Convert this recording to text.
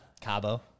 Cabo